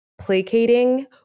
placating